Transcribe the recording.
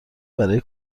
برای